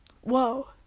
whoa